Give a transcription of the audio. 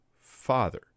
father